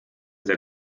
der